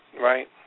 Right